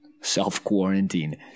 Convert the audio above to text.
self-quarantine